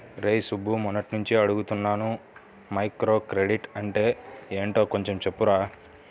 రేయ్ సుబ్బు, మొన్నట్నుంచి అడుగుతున్నాను మైక్రోక్రెడిట్ అంటే యెంటో కొంచెం చెప్పురా